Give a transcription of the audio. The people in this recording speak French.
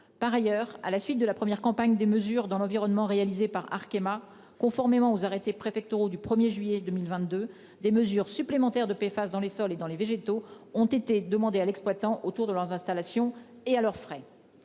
Par ailleurs, à la suite de la première campagne des mesures dans l'environnement réalisée par Arkema conformément aux arrêtés préfectoraux du 1er juillet 2022. Des mesures supplémentaires de paix face dans les sols et dans les végétaux ont été demandés à l'exploitant autour de leurs installations et à leurs frais.